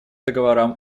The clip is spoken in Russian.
договорам